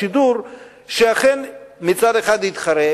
שידור שאכן יתחרה,